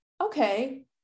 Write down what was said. okay